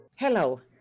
Hello